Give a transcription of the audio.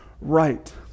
right